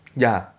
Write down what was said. ya